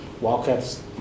Wildcats